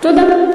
תודה.